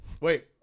Wait